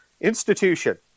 Institution